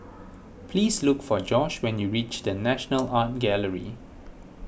please look for Josh when you reach the National Art Gallery